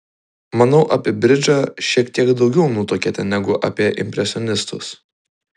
manau apie bridžą šiek tiek daugiau nutuokiate negu apie impresionistus